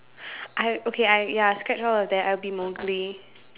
I okay I ya scrap all of that I'll be Mowgli